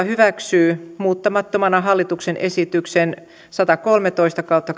hyväksyy muuttamattomana hallituksen esitykseen satakolmetoista kautta